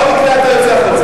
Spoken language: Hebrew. עוד קריאה, אתה יוצא החוצה.